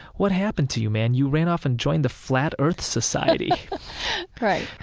what happened to you, man? you ran off and joined the flat earth society right